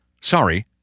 Sorry